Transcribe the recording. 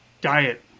diet